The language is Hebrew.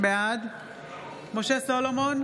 בעד משה סולומון,